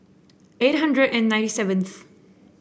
eight hundred and ninety seventh